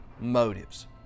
motives